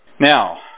Now